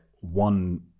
one